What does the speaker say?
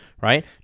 right